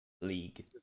League